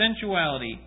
sensuality